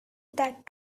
that